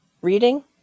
reading